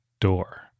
door